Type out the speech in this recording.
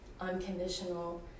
unconditional